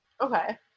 okay